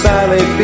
Sally